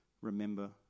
remember